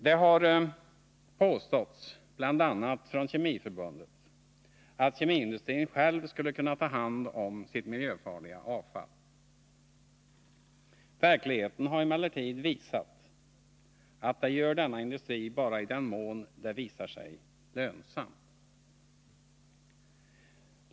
Det har påståtts, bl.a. från Kemiförbundet, att kemiindustrin själv skulle kunna ta hand om sitt miljöfarliga avfall. Verkligheten har emellertid visat att det gör denna industri bara i den mån det är lönsamt.